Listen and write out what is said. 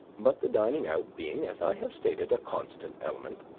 but the dining out, being, as i have stated, a constant element,